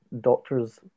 doctors